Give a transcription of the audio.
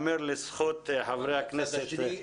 מצד שני,